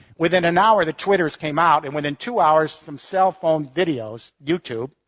within an hour, the twitters came out, and within two hours, some cell phone videos, youtube,